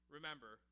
Remember